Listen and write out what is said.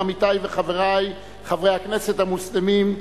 עמיתי וחברי חברי הכנסת המוסלמים,